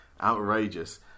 Outrageous